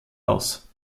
aus